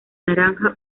naranja